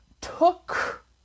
took